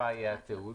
באיזו שפה יהיה התיעוד?